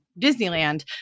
Disneyland